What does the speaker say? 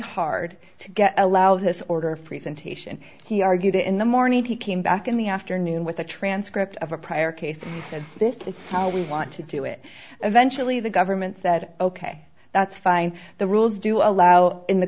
hard to get allow this order freezing taste and he argued it in the morning he came back in the afternoon with a transcript of a prior case and this is how we want to do it eventually the government said ok that's fine the rules do allow in the